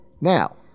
Now